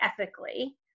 ethically